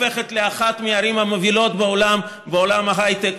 הופכת לאחת מהערים המובילות בעולם בעולם ההייטק,